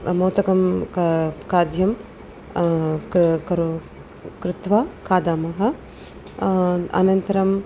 मोदकं खाद्यं खाद्यं कृ करो कृत्वा खादामः अनन्तरम्